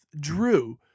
Drew